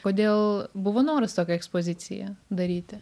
kodėl buvo noras tokią ekspoziciją daryti